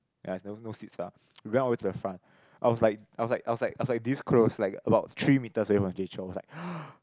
ya it's no no seats ah we went all the way to the front I was like I was like I was like I was like this close like about three metres away from Jay-Chou I was like